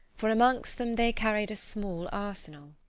for amongst them they carried a small arsenal.